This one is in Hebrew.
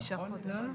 לא.